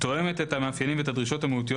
תואמת את המאפיינים ואת הדרישות המהותיות